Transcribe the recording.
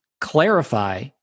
clarify